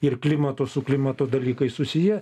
ir klimato su klimato dalykais susiję